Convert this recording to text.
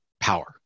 Power